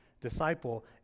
disciple